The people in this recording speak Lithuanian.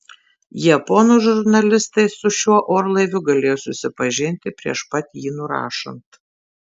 japonų žurnalistai su šiuo orlaiviu galėjo susipažinti prieš pat jį nurašant